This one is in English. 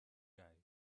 guy